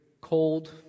cold